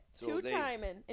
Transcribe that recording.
Two-timing